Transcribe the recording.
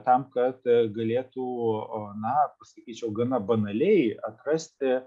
tam kad galėtų na sakyčiau gana banaliai atrasti